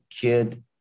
kid